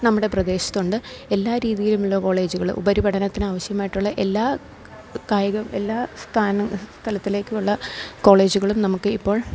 നമ്മുടെ പ്രദേശത്തുണ്ട് എല്ലാ രീതിയിലുമുള്ള കോളേജുകള് ഉപരിപഠനത്തിന് ആവശ്യമായിട്ടുള്ള എല്ലാ കായികം എല്ലാ സ്ഥലത്തിലേക്കും ഉള്ള കോളേജുകളും നമുക്ക് ഇപ്പോൾ